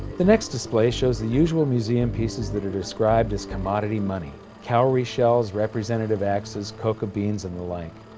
the next display shows the usual museum pieces that are described as commodity money cowry shells, representative axes, cocoa beans and the like.